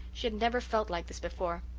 she had never felt like this before.